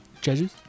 Judges